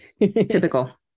typical